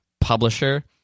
publisher